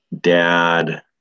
dad